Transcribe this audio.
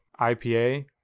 IPA